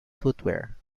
footwear